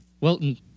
Wilton